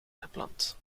gepland